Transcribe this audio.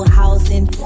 housing